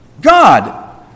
God